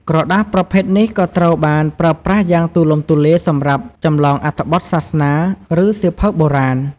ក្រដាសប្រភេទនេះក៏ត្រូវបានប្រើប្រាស់យ៉ាងទូលំទូលាយសម្រាប់ ចម្លងអត្ថបទសាសនា ឬសៀវភៅបុរាណ។